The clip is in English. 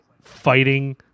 fighting